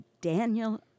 Daniel